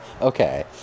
Okay